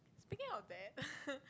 speaking of that